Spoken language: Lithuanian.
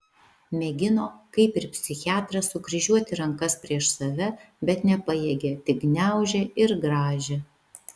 mėgino kaip ir psichiatras sukryžiuoti rankas prieš save bet nepajėgė tik gniaužė ir grąžė